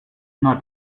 not